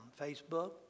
Facebook